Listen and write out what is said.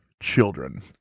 children